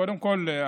קודם כול,